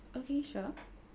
okay sure